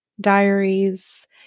Diaries